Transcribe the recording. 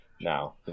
Now